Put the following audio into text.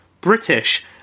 British